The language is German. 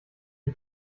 die